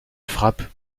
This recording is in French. frappe